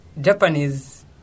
Japanese